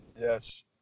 Yes